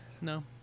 no